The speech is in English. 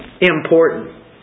important